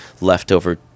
leftover